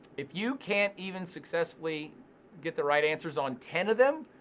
if you can't even successfully get the right answers on ten of them,